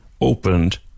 opened